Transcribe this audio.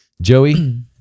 Joey